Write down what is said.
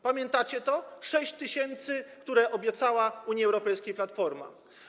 Pamiętacie to? 6 tys., które obiecała Unii Europejskiej Platforma.